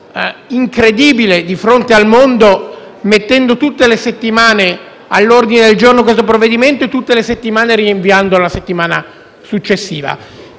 incredibile di fronte al mondo, inserendo tutte le settimane all'ordine del giorno il provvedimento e tutte le settimane rinviandolo alla settimana successiva.